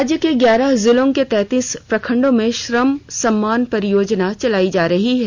राज्य के ग्यारह जिलों के तैंतीस प्रखंडों में श्रम सम्मान परियोजना चलायी जा रही है